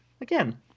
again